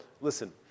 Listen